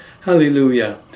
Hallelujah